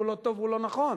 והוא לא טוב והוא לא נכון.